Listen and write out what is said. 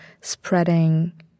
spreading